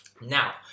Now